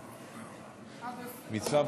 והמציע,